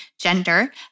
gender